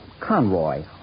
Conroy